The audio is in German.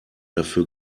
dafür